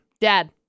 Dad